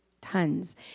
tons